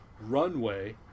runway